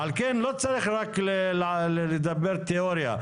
על כן לא צריך רק לדבר תיאוריה.